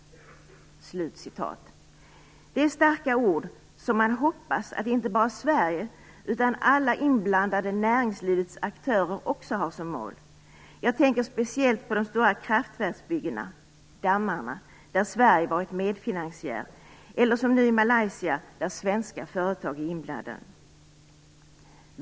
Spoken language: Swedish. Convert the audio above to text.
Det är starka ord som man hoppas att inte bara Sverige utan också alla inblandade näringslivsaktörer har som mål. Jag tänker speciellt på de stora kraftverksbyggena, dammarna, som Sverige har varit medfinansiär till, eller som nu i Malaysia där svenska företag är inblandade.